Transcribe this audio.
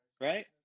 Right